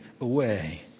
away